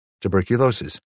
tuberculosis